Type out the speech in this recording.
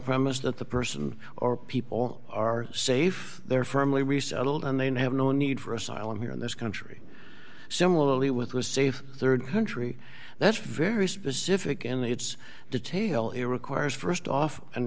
premise that the person or people are safe they are firmly resettled and they have no need for asylum here in this country similarly with a safe rd country that's very specific in its detail it requires st off an